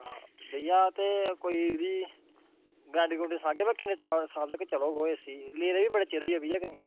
भेइया ते कोई एह्दी गरंटी गुरंटी सनागे भाई किन्नी साल चलग एसी ले दा बी बड़ा चिर होई आ भेइया कन्नै